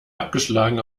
abgeschlagen